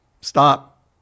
stop